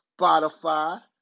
Spotify